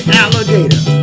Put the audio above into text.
alligator